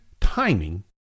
timing